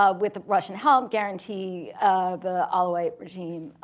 ah with russian help, um guarantee the alawite regime.